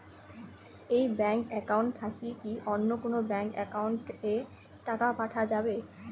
এই bank account থাকি কি অন্য কোনো ব্যাংক একাউন্ট এ কি টাকা পাঠা যাবে?